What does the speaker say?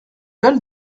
val